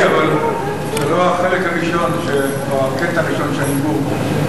אבל זה לא החלק הראשון או הקטע הראשון שאני בור בו.